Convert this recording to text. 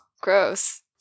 gross